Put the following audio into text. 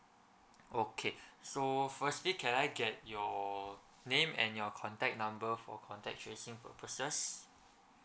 okay so firstly can I get your name and your contact number for contact tracing purposes